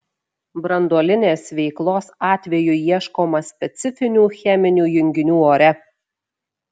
branduolinės veiklos atveju ieškoma specifinių cheminių junginių ore